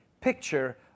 picture